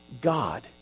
God